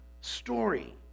story